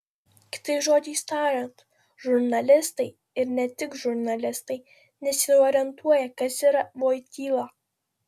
kitais žodžiais tariant žurnalistai ir ne tik žurnalistai nesiorientuoja kas yra voityla